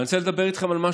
ולמצוא פתרון לתפילה